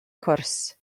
cwrs